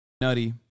nutty